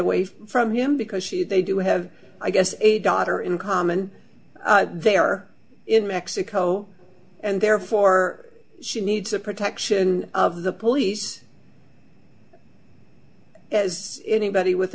away from him because she they do have i guess a daughter in common they are in mexico and therefore she needs the protection of the police as anybody with